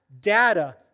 data